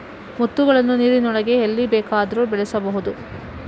ಮುತ್ತುಗಳನ್ನು ನೀರಿನೊಳಗೆ ಎಲ್ಲಿ ಬೇಕಾದರೂ ಬೆಳೆಸಬಹುದು